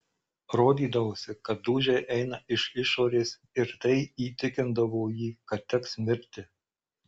rodydavosi kad dūžiai eina iš išorės ir tai įtikindavo jį kad teks mirti